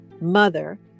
mother